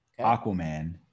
Aquaman